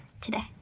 today